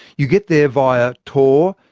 you get there via tor.